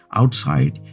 outside